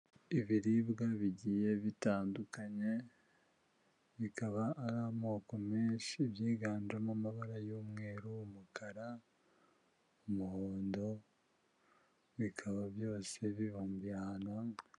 Ibiribwa bigiye bitandukanye, bikaba ari amoko menshi byiganjemo amabara y'umweru, umukara, umuhondo bikaba byose bibumbiye ahantu hamwe.